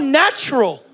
natural